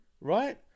right